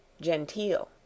genteel